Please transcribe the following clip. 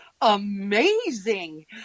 amazing